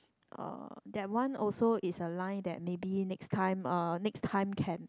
uh that one also is a line that maybe next time uh next time can